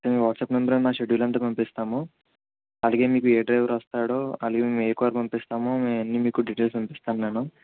ఈ వాట్సాప్ నెంబర్కి మా షెడ్యూల్ అంతా పంపిస్తాము అడిగి మీకు ఏ డ్రైవర్ వస్తాడో అలాగే ఏ కార్ పంపిస్తామో మీ అన్ని మీకు డిటైల్స్ పంపిస్తాను నేను